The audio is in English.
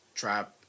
Trap